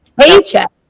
paycheck